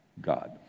God